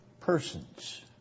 persons